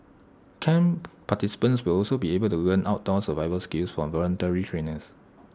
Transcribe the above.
camp participants will also be able to learn outdoor survival skills from voluntary trainers